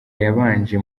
yabanje